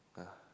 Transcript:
uh